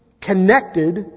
connected